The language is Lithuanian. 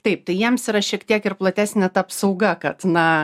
taip tai jiems yra šiek tiek ir platesnė ta apsauga kas na